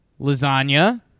Lasagna